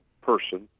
person